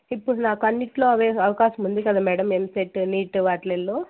ఇప్పుడు నాకు అన్నింటిలో అవే అవకాశం ఉంది కదా మేడం ఎంసెట్ నీట్ వాట్లల్లో